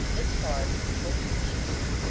this part is most juicy,